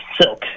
silk